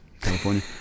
California